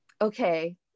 okay